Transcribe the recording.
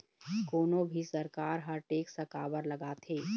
कोनो भी सरकार ह टेक्स काबर लगाथे?